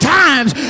times